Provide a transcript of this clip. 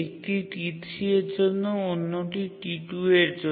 একটি T3 এর জন্য এবং অন্যটি T2 এর জন্য